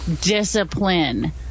Discipline